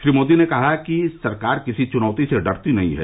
श्री मोदी ने कहा कि सरकार किसी चुनौती से डरती नहीं है